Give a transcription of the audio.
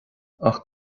ach